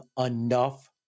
enough